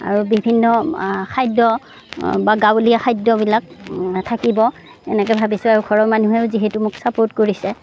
আৰু বিভিন্ন খাদ্য বা গাঁৱলীয়া খাদ্যবিলাক থাকিব এনেকৈ ভাবিছোঁ আৰু ঘৰৰ মানুহেও যিহেতু মোক চাপোৰ্ট কৰিছে